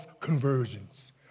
conversions